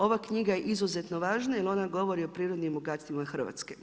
Ova knjiga je izuzetno važna, jer ona govori o prirodnim bogatstvima Hrvatske.